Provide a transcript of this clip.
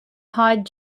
hired